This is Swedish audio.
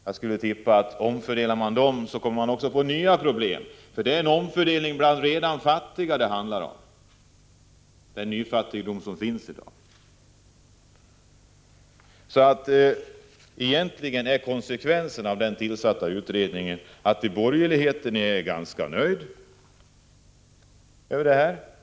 Jag skulle tippa att om man omfördelar dem kommer man att få nya problem, för det är en omfördelning bland redan fattiga — det handlar om den nyfattigdom som finns i dag. Konsekvenserna av att utredningen har tillsatts är att borgerligheten är ganska nöjd.